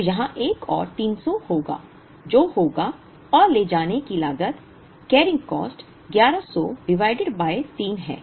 तो यहां एक और 300 होगा जो होगा और ले जाने की लागत केयरिंग कॉस्ट 1100 डिवाइडेड बाय 3 है